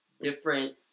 different